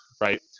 right